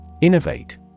Innovate